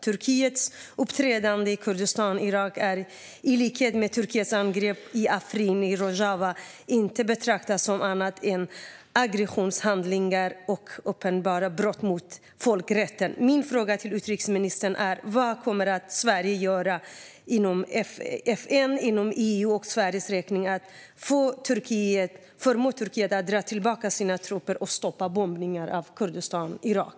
Turkiets uppträdande i Irakiska Kurdistan kan i likhet med Turkiets angrepp i Afrin i Rojava inte betraktas som annat än aggressionshandlingar och uppenbara brott mot folkrätten. Min fråga till utrikesministern är vad Sverige kommer att göra inom FN och EU och från Sveriges sida för att förmå Turkiet att dra tillbaka sina trupper och stoppa bombningarna i Irakiska Kurdistan.